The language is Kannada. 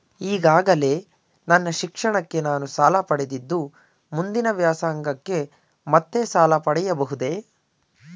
ಈಗಾಗಲೇ ನನ್ನ ಶಿಕ್ಷಣಕ್ಕೆ ನಾನು ಸಾಲ ಪಡೆದಿದ್ದು ಮುಂದಿನ ವ್ಯಾಸಂಗಕ್ಕೆ ಮತ್ತೆ ಸಾಲ ಪಡೆಯಬಹುದೇ?